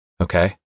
Okay